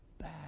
back